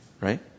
right